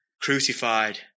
crucified